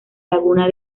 laguna